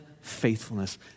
faithfulness